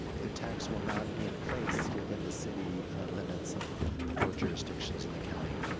the tax will not be in place within the city limits of the four jurisdictions in the county.